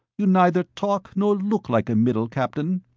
you neither talk nor look like a middle, captain.